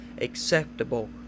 acceptable